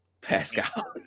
Pascal